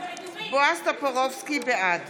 בעד